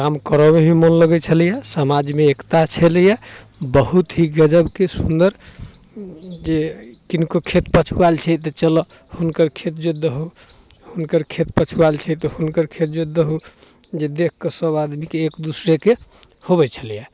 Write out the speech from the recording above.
काम करऽमे भी मोन लगै छलैए समाजमे एकता छलैए बहुत ही गजबके सुन्दर जे किनको खेत पछुआएल छै तऽ चलऽ हुनकर खेत जोति दहुन हुनकर खेत पछुएल छै तऽ हुनकर खेत जोति दहुन जे देखिकऽ सब आदमीके एक दोसराके होबै छलैए